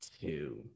Two